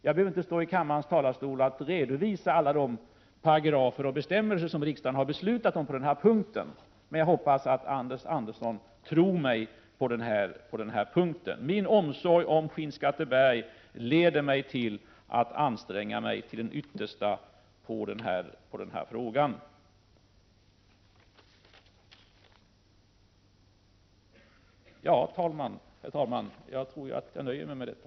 Jag behöver inte från kammarens talarstol redovisa alla de paragrafer som riksdagen har beslutat om i detta avseende, men jag hoppas att Anders Andersson tror mig på den här punkten. Min omsorg om Skinnskatteberg leder mig till att anstränga mig till det yttersta i denna fråga. Ja, herr talman, jag nöjer mig med detta.